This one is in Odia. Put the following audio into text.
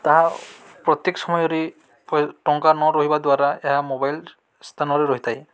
ତାହା ପ୍ରତ୍ୟେକ ସମୟରେ ଟଙ୍କା ନ ରହିବା ଦ୍ୱାରା ଏହା ମୋବାଇଲ୍ ସ୍ଥାନରେ ରହିଥାଏ